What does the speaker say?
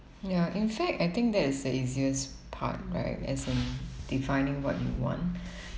ya in fact I think that is the easiest part right as in defining what you want